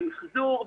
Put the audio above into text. במיחזור,